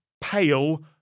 pale